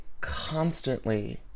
constantly